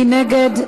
מי נגד?